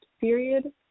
period